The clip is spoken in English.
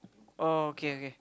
oh okay okay